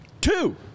Two